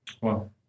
Wow